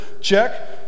check